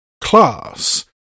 class